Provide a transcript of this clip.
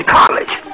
college